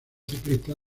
ciclistas